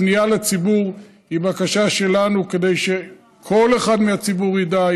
הפנייה לציבור היא בקשה שלנו כדי שכל אחד מהציבור ידע,